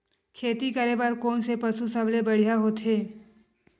खेती करे बर कोन से पशु सबले बढ़िया होथे?